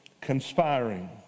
conspiring